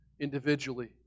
individually